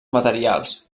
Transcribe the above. materials